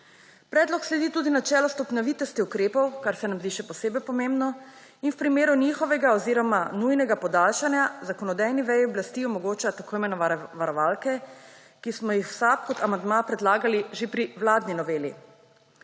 Predlog sledi tudi načelu stopnjevitosti ukrepov, kar se nam zdi še posebej pomembno, in v primeru nujnega podaljšanja zakonodajni veji oblasti omogoča tako imenovane varovalke, ki smo jih v SAB kot amandma predlagali že pri vladni noveli.